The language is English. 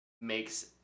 makes